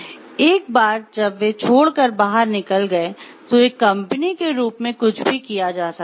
एक बार जब वे छोड़कर बाहर निकल गए तो एक कंपनी के रूप में कुछ भी किया जा सकता है